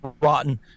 rotten